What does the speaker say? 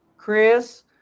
Chris